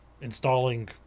installing